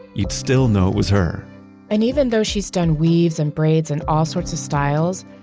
you'd still know it was her and even though she's done weaves and braids and all sorts of styles,